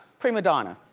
premadonna,